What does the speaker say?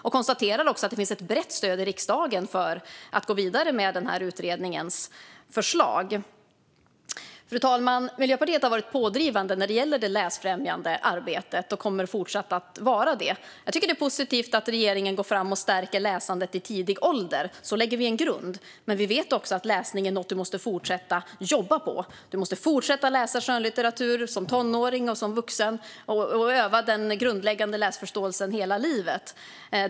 Jag konstaterar också att det finns ett brett stöd i riksdagen för att gå vidare med utredningens förslag. Fru talman! Miljöpartiet har varit pådrivande när det gäller det läsfrämjande arbetet och kommer att fortsätta vara det. Jag tycker att det är positivt att regeringen går fram med att stärka läsandet i tidig ålder. Så lägger vi en grund. Men vi vet också att läsning är något du måste fortsätta jobba på. Du måste fortsätta läsa skönlitteratur som tonåring och som vuxen och öva den grundläggande läsförståelsen hela livet.